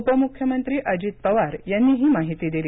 उपमुख्यमंत्री अजित पवार यांनी ही माहिती दिली